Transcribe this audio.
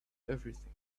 everything